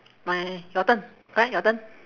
my your turn correct your turn